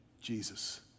Jesus